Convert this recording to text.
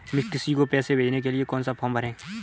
किसी को पैसे भेजने के लिए कौन सा फॉर्म भरें?